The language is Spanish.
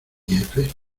jefe